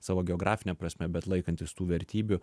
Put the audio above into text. savo geografine prasme bet laikantis tų vertybių